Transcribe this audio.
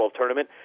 tournament